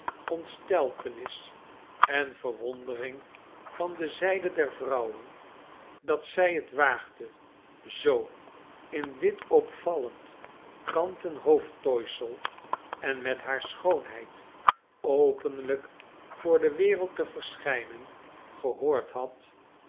ontsteltenis en verwondering van de zijde der vrouwen dat zij het waagde zoo in dit opvallend kanten hoofdtooisel en met haar schoonheid openlijk voor de wereld te verschijnen gehoord had